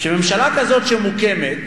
שממשלה כזאת שמוקמת